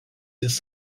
jis